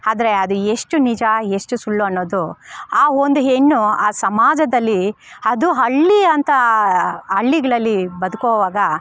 ಆದ್ರೆ ಅದು ಎಷ್ಟು ನಿಜ ಎಷ್ಟು ಸುಳ್ಳು ಅನ್ನೋದು ಆ ಒಂದು ಹೆಣ್ಣು ಆ ಸಮಾಜದಲ್ಲಿ ಅದು ಹಳ್ಳಿ ಅಂಥ ಹಳ್ಳಿಗಳಲ್ಲಿ ಬದುಕುವಾಗ